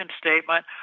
statement